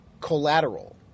collateral